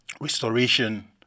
restoration